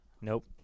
Nope